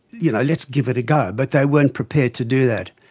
you know let's give it a go, but they weren't prepared to do that.